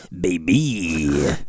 baby